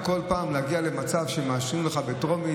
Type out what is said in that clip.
כל פעם להגיע למצב שמאשרים בטרומית.